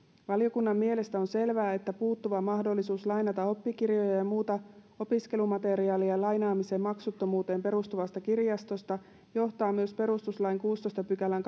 valiokunnan mielestä on selvää että puuttuva mahdollisuus lainata oppikirjoja ja ja muuta opiskelumateriaalia lainaamisen maksuttomuuteen perustuvasta kirjastosta johtaa myös perustuslain kuudennentoista pykälän